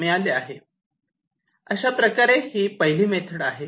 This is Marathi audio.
अशाप्रकारे ही पहिली मेथड आहे